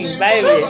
baby